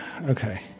Okay